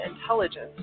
Intelligence